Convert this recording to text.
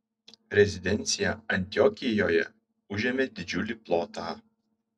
rezidencija antiokijoje užėmė didžiulį plotą